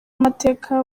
amateka